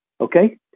okay